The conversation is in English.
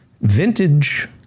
Vintage